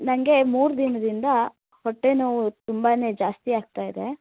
ನನಗೆ ಮೂರು ದಿನದಿಂದ ಹೊಟ್ಟೆನೋವು ತುಂಬಾನೆ ಜಾಸ್ತಿ ಆಗ್ತಾಯಿದೆ